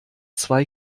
zwei